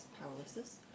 paralysis